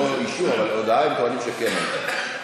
לא אישור, אבל הודעה הם טוענים שכן הייתה.